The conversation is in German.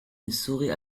missouri